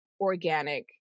organic